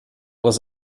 was